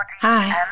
hi